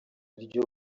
iryo